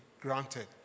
granted